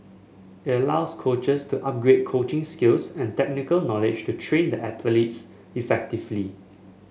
it allows coaches to upgrade coaching skills and technical knowledge to train the athletes effectively